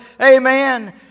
Amen